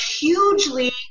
hugely